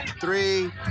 Three